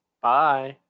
Bye